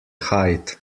height